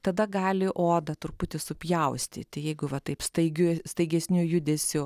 tada gali odą truputį supjaustyti jeigu va taip staigiu staigesniu judesiu